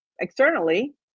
externally